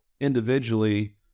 individually